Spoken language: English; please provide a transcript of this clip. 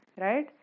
right